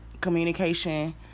communication